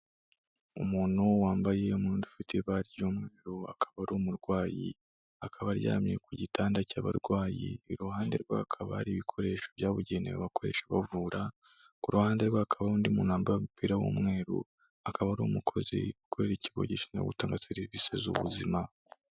Umuntu wambaye imwenda ufite ibara ry'umweru, akaba ari umurwayi, akaba aryamye ku gitanda cy'abarwayi, iruhande rwe hakaba hari ibikoresho byabugenewe abakoresha bavura, ku ruhande rwe hakaba hari undi muntu wambaraye w'umupira w'umweru, akaba ari umukozi ukorera ikigo gishinzwe gutanga serivisi z'ubuzima.